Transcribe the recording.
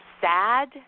sad